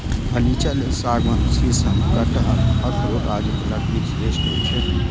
furniture लेल सागवान, शीशम, कटहल, अखरोट आदिक लकड़ी श्रेष्ठ होइ छै